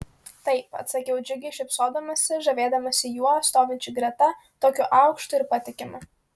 taip atsakiau džiugiai šypsodamasi žavėdamasi juo stovinčiu greta tokiu aukštu ir patikimu